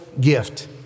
gift